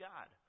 God